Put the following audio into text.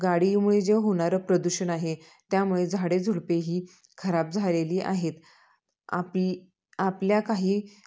गाडीमुळे जे होणार प्रदूषण आहे त्यामुळे झाडे झुडपेही खराब झालेली आहेत आपी आपल्या काही